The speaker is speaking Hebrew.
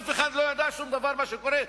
אף אחד לא ידע שום דבר, מה שקורה.